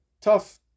tough